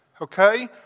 Okay